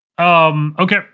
Okay